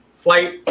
flight